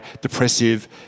depressive